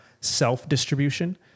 self-distribution